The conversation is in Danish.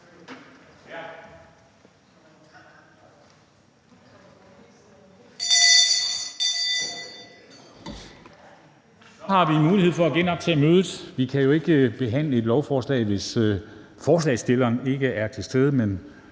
Så har vi mulighed for at genoptage mødet. Vi kan jo ikke behandle et lovforslag, hvis ordføreren for forslagsstillerne ikke er til stede. Men